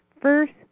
First